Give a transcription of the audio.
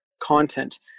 content